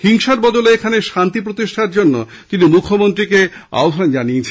হিংসার বদলে এখানে শান্তি প্রতিষ্ঠার জন্য তিনি মুখ্যমন্ত্রীকে আহ্বান জানিয়েছেন